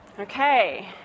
Okay